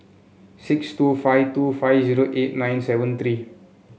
six two five two five zero eight nine seven three